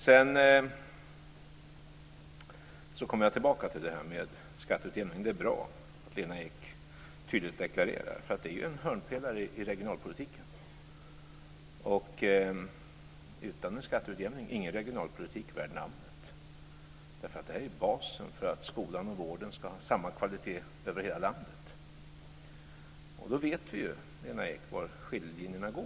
Sedan kommer jag tillbaka till det här med skatteutjämningen. Det är bra att Lena Ek tydligt deklarerar detta. Det är ju en hörnpelare i regionalpolitiken: utan en skatteutjämning ingen regionalpolitik värd namnet. Det här är basen för att skolan och vården ska ha samma kvalitet över hela landet. Och då vet vi ju, Lena Ek, var skiljelinjerna går.